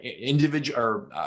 individual